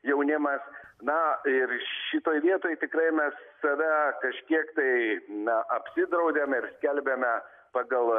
jaunimas na ir šitoj vietoj tikrai mes save kažkiek tai na apsidraudėme ir skelbiame pagal